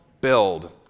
build